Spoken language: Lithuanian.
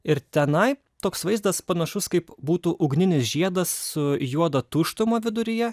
ir tenai toks vaizdas panašus kaip būtų ugninis žiedas su juoda tuštuma viduryje